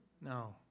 No